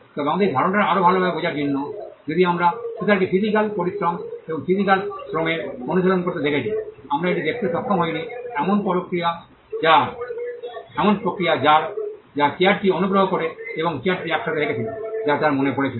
তবে আমাদের এই ধারণাটি আরও ভালভাবে বোঝার জন্য যদিও আমরা ছুতারকে ফিজিক্যাল পরিশ্রম এবং ফিজিক্যাল physical শ্রমের অনুশীলন করতে দেখেছি আমরা এটি দেখতে সক্ষম হইনি এমন প্রক্রিয়া যা চেয়ারটি অনুগ্রহ করে এবং চেয়ারটি একসাথে রেখেছিল যা তার মনে পড়েছিল